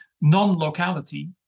non-locality